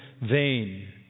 vain